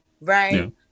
right